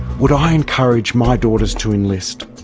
would i encourage my daughters to enlist?